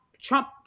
Trump